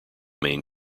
main